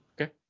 Okay